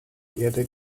erde